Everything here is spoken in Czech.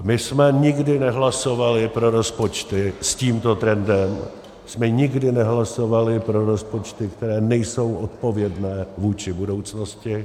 My jsme nikdy nehlasovali pro rozpočty s tímto trendem, my jsme nikdy nehlasovali pro rozpočty, které nejsou odpovědné vůči budoucnosti.